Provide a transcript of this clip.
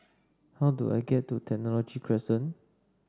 how do I get to Technology Crescent